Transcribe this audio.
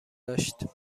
داشت